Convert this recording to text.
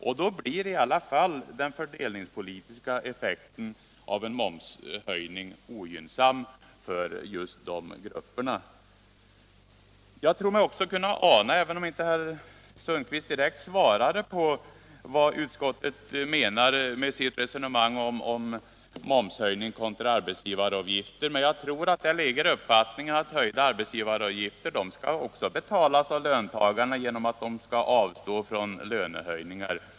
Om man tar hänsyn till detta förhållande blir den fördelningspolitiska effekten av en momshöjning ogynnsam för just dessa låginkomstgrupper. Herr Sundkvist svarade inte direkt på min fråga vad utskottet menade med resonemanget om momshöjning kontra arbetsgivaravgift. Men jag tror att man här har uppfattningen att också de höjda arbetsgivaravgifterna skall betalas av löntagarna genom att dessa skall avstå från lönehöjningar.